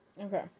okay